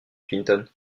clinton